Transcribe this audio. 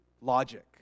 logic